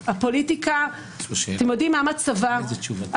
אתם יודעים מה מצבה של הפוליטיקה.